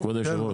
כבוד היושב ראש.